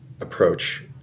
approach